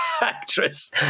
actress